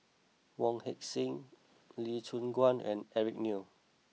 Wong Heck Sing Lee Choon Guan and Eric Neo